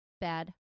Bad